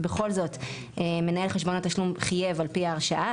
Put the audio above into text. ובכל זאת מנהל חשבון התשלום חייב על פי ההרשאה,